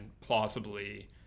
plausibly